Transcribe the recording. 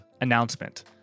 Announcement